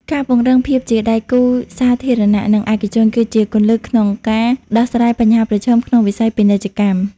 ការពង្រឹងភាពជាដៃគូសាធារណៈ និងឯកជន គឺជាគន្លឹះក្នុងការដោះស្រាយបញ្ហាប្រឈមក្នុងវិស័យពាណិជ្ជកម្ម។